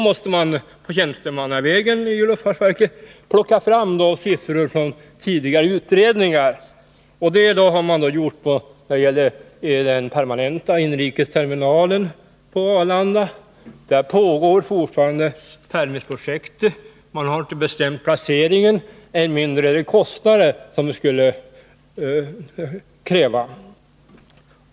Tjänstemännen på luftfartsverket måste därför plocka fram siffror från tidigare utredningar. Det har man bl.a. gjort när det gäller den permanenta inrikesterminalen på Arlanda. PERMIS-projektet pågår dock fortfarande, varför man ännu inte har bestämt placeringen av terminalen. Ännu mindre har man kunnat beräkna vilka kostnader terminalen skulle kräva.